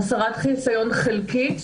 הסרת חיסיון חלקית.